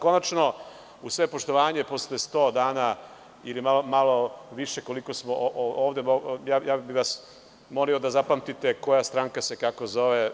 Konačno, uz svo poštovanje posle 100 dana ili malo više koliko smo ovde, ja bih vas molio da zapamtite koja stranka se kako zove.